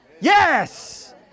Yes